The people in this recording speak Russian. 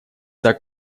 так